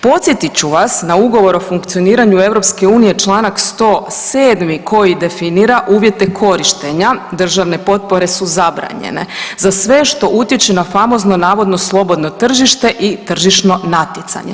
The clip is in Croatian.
Podsjetit ću vas na Ugovor o funkcioniranju EU, čl. 107. koji definira uvjete korištenja, državne potpore su zabranjene za sve što utječe na famozno navodno slobodno tržište i tržišno natjecanje.